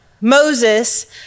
Moses